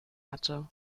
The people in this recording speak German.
hatte